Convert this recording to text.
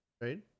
right